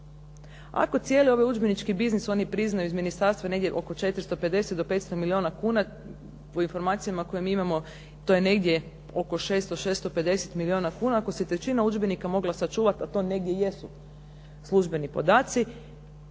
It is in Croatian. Ako cijeli ovaj udžbenički biznis oni priznaju iz ministarstva, negdje oko 450 do 500 milijuna kuna, po informacijama koje mi imamo, to je negdje oko 600, 650 milijona kuna, ako se trećina udžbenika mogla sačuvati, a to negdje jesu službeni podaci,